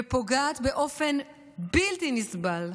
ופוגעת באופן בלתי נסבל,